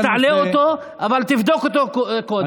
תעלה אותו, אבל תבדוק אותו קודם.